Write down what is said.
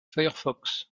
firefox